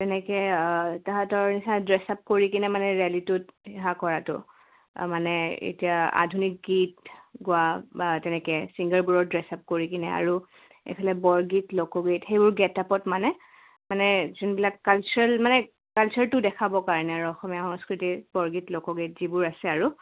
তেনেকৈ তাহাঁঁতৰ নিছিনা ড্ৰেছ আপ কৰি কিনে মানে ৰেলিটোত সেয়া কৰাটো মানে এতিয়া আধুনিক গীত গোৱা বা তেনেকৈ ছিংগাৰবোৰৰ ড্ৰেছ আপ কৰি কিনে আৰু এইফালে বৰগীত লোকগীত সেইবোৰ গেটআপত মানে মানে যোনবিলাক কালচাৰেল মানে কালচাৰটো দেখাবৰ কাৰণে আৰু অসমীয়া সংস্কৃতিত বৰগীত লোকগীত যিবোৰ আছে আৰু